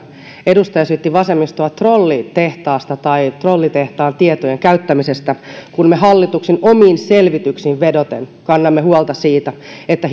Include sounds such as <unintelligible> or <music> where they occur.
edustaja syytti vasemmistoa trollitehtaasta tai trollitehtaan tietojen käyttämisestä kun me hallituksen omiin selvityksiin vedoten kannamme huolta siitä että <unintelligible>